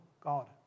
God